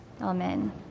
Amen